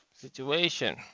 situation